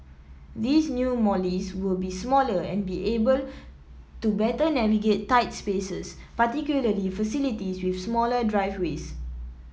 these new Mollies will be smaller and be able to better navigate tight spaces particularly facilities with smaller driveways